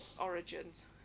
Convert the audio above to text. origins